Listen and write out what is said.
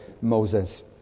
Moses